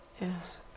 Yes